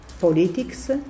politics